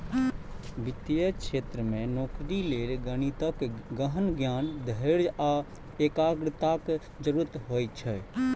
वित्तीय क्षेत्र मे नौकरी लेल गणितक गहन ज्ञान, धैर्य आ एकाग्रताक जरूरत होइ छै